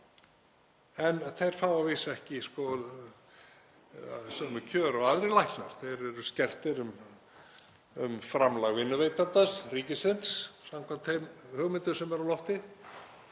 fá þeir að vísu ekki sömu kjör og aðrir læknar. Þeir eru skertir um framlag vinnuveitandans, ríkisins, samkvæmt þeim hugmyndum sem eru á lofti.